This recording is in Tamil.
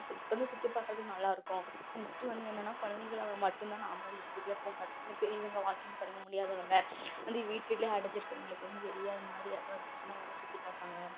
சுத் வந்து சுற்றி பார்க்கறதுக்கு நல்லாயிருக்கும் நெக்ஸ்டு வந்து என்னென்னால் குழந்தைங்களுக்காக மட்டுந்தான் நாமக்கல் டிஸ்ட்ரிக்கில் பூங்கா இருக்குது இன்னும் பெரியவங்க வாக்கிங் போறவங்க முடியாதவங்க வந்து வீட்டுலேயே அடைஞ்சிருக்கவைங்களுக்கு வந்து வெளியே அது மாதிரி இடம் இருந்துச்சுனால் வந்து சுற்றி பார்ப்பாங்க